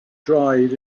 dried